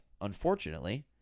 unfortunately